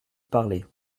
parler